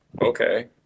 okay